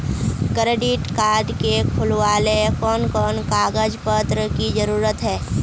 Credit card के खुलावेले कोन कोन कागज पत्र की जरूरत है?